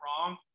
wrong